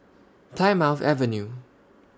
Plymouth Avenue